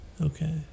Okay